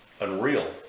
unreal